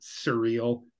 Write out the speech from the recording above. surreal